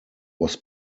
was